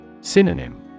Synonym